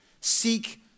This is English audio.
seek